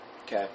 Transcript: Okay